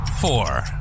four